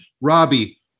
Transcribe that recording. Robbie